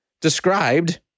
described